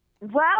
Wow